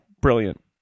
brilliant